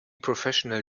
professional